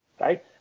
Right